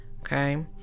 Okay